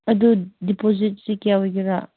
ꯑꯗꯨ ꯗꯤꯄꯣꯖꯤꯠꯁꯤ ꯀꯌꯥ ꯑꯣꯏꯒꯦꯔꯥ